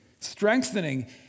strengthening